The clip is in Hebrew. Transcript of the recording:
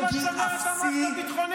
מי מינה את כל צמרת המערכת הביטחונית?